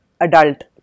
adult